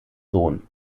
sohn